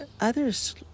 others